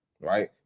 right